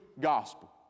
gospel